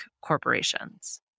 corporations